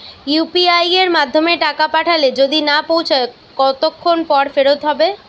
UPI য়ের মাধ্যমে টাকা পাঠালে যদি না পৌছায় কতক্ষন পর ফেরত হবে?